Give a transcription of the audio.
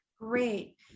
Great